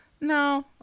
no